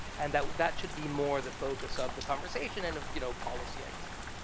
and that that should be more the focus of the conversation and of you know policy i guess?